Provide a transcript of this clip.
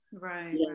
right